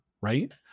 right